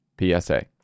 PSA